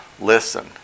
listen